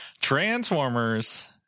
Transformers